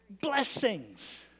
Blessings